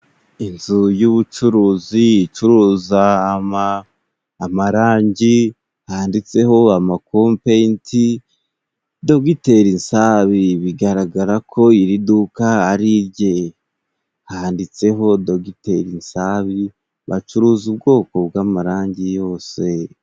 Inzu y'ubucuruzi icuruza amarangi handitseho amako peyinti dogiterir Nsabi bigaragara ko iri duka ari irye. Handitseho dogiteri Nsabi bacuruza ubwoko bw'amarangi yose.